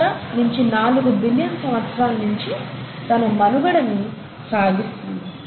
5 నించి 4 బిలియన్ సంవత్సరాల నించి తన మనుగడని సాగిస్తుంది